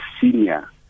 senior